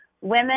women